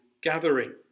gathering